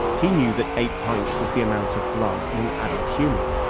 he knew that eight pints was the amount of blood in an adult human.